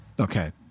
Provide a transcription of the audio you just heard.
Okay